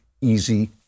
easy